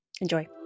Enjoy